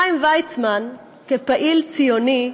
חיים ויצמן, כפעיל ציוני,